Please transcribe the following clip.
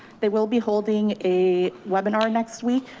they will be holding a webinar next week,